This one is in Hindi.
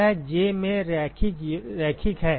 यह J में रैखिक रैखिक है